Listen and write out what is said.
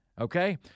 Okay